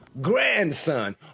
Grandson